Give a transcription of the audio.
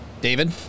David